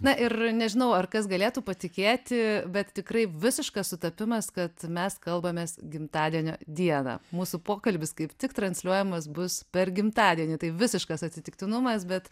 na ir nežinau ar kas galėtų patikėti bet tikrai visiškas sutapimas kad mes kalbamės gimtadienio dieną mūsų pokalbis kaip tik transliuojamas bus per gimtadienį tai visiškas atsitiktinumas bet